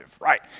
right